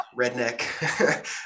redneck